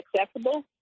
accessible